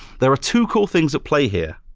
there are two cool things at play here.